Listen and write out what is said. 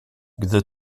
gdy